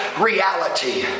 reality